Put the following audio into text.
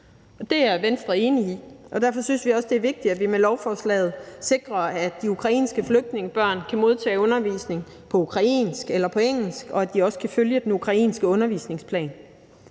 Det er Venstre enig i, og derfor synes vi også, det er vigtigt, at vi med lovforslaget sikrer, at de ukrainske flygtningebørn kan modtage undervisning på ukrainsk eller på engelsk, at de også kan følge den ukrainske undervisningsplan,